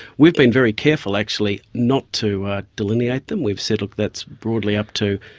we've been very careful actually not to delineate them. we've said, look, that's broadly up to,